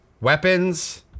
weapons